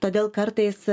todėl kartais